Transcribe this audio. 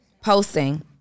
Posting